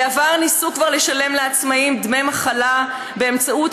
בעבר ניסו כבר לשלם לעצמאים דמי מחלה באמצעות